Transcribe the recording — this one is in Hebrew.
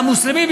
למוסלמים,